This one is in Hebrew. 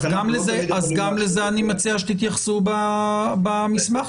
גם לזה אני מציע שתתייחסו במסמך שלכם.